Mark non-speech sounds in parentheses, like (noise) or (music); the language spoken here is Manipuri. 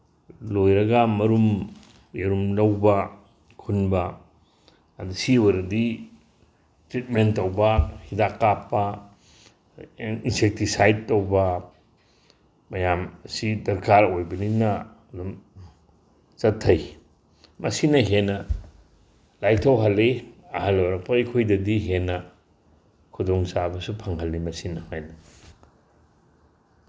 ꯂꯣꯏꯔꯒ ꯃꯔꯨꯝ ꯌꯦꯔꯨꯝ ꯂꯧꯕ ꯈꯨꯟꯕ ꯑꯅ ꯁꯤ ꯑꯣꯏꯔꯗꯤ ꯇ꯭ꯔꯤꯠꯃꯦꯟ ꯇꯧꯕ ꯍꯤꯗꯥꯛ ꯀꯥꯞꯄ ꯏꯟꯁꯦꯛꯇꯤꯁꯥꯏꯠ ꯇꯧꯕ ꯃꯌꯥꯝꯁꯤ ꯗꯔꯀꯥꯔ ꯑꯣꯏꯕꯅꯤꯅ ꯑꯗꯨꯝ ꯆꯠꯊꯩ ꯃꯁꯤꯅ ꯍꯦꯟꯅ ꯂꯥꯏꯊꯣꯛꯍꯜꯂꯤ ꯑꯍꯜ ꯑꯣꯏꯔꯛꯄ ꯑꯩꯈꯣꯏꯗꯗꯤ ꯍꯦꯟꯅ ꯈꯨꯗꯣꯡꯆꯥꯕꯁꯨ ꯐꯪꯍꯜꯂꯤ ꯃꯁꯤꯅ (unintelligible)